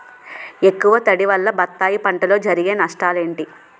ఎక్కువ తడి వల్ల బత్తాయి పంటలో జరిగే నష్టాలేంటి?